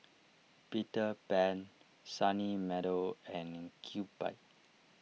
Peter Pan Sunny Meadow and Kewpie